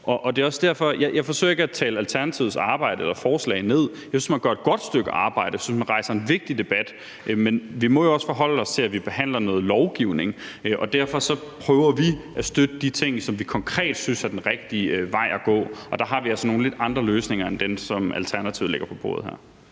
mindre modstand. Jeg forsøger ikke at tale Alternativets arbejde eller forslag ned. Jeg synes, at man gør et godt stykke arbejde, og jeg synes, at man rejser en vigtig debat. Men vi må jo også forholde os til, at vi behandler noget lovgivning, og derfor prøver vi at støtte de ting, som vi konkret synes er den rigtige vej at gå, og der har vi altså nogle lidt andre løsninger end dem, som Alternativet lægger på bordet her.